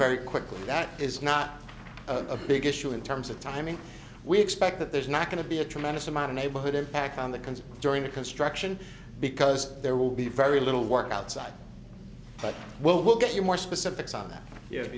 very quickly that is not a big issue in terms of timing we expect that there's not going to be a tremendous amount of neighborhood impact on the consumer during the construction because there will be very little work outside but what will get you more specifics on that y